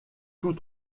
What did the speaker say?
tous